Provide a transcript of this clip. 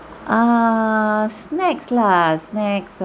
err snacks lah snacks